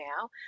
now